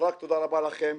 תודה רבה לכם,